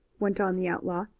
went on the outlaw.